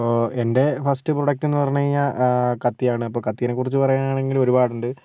ഇപ്പോൾ എൻ്റെ first product എന്ന് പറഞ്ഞ് കഴിഞ്ഞാൽ കത്തിയാണ് അപ്പോൾ കത്തീനെക്കുറിച്ച് പറയുവാനാണെങ്കില് ഒരുപാടുണ്ട് കാരണം